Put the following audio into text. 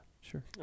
sure